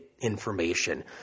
information